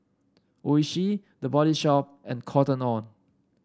Oishi The Body Shop and Cotton On